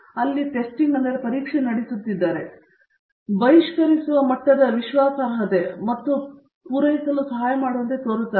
ಆದರೆ ದೊಡ್ಡದಾಗಿ ಅವರು ಹೇಳಿದ್ದನ್ನು ಹೇಳುತ್ತೇವೆ ಅವರು ಬಹಿಷ್ಕರಿಸುವ ಮಟ್ಟದ ವಿಶ್ವಾಸಾರ್ಹತೆ ಮತ್ತು ಪೂರೈಸಲು ಸಹಾಯ ಮಾಡುವಂತೆ ತೋರುತ್ತದೆ